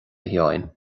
sheáin